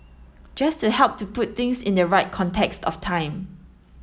just to help to put things in the right context of time